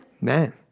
Man